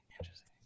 Interesting